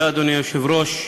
אדוני היושב-ראש,